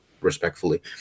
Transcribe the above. respectfully